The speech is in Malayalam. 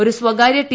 ഒരു സ്വകാര്യ ടി